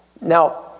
Now